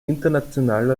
international